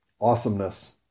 awesomeness